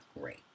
great